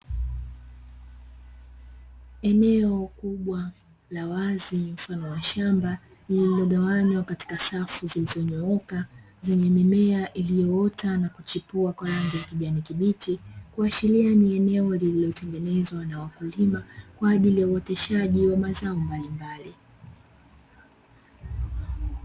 Eneo kubwa la wazi mfano wa shamba lililogawanywa katika safu zilizonyooka zenye mimea iliyoota na kuchipua kwa rangi ya kijani kibichi, kuashiria ni eneo lililotengenezwa na wakulima kwa ajili ya uoteshaji wa mazao mbalimbali.